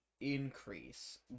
increase